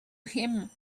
him